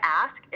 ask